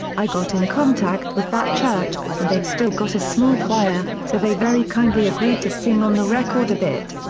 i got in contact with that church, and they've still got a small choir, so they very kindly agreed to sing on the record a bit.